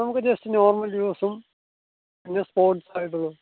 നമുക്ക് just normal യൂസും പിന്നെ സ്പോർട്സ് ആയിട്ടുള്ളത്